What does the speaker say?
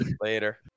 later